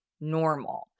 normal